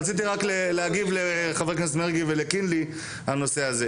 רק רציתי להגיב לחבר הכנסת מרגי ולקינלי על הנושא הזה.